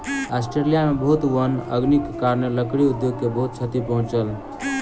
Australia में बहुत वन अग्निक कारणेँ, लकड़ी उद्योग के बहुत क्षति पहुँचल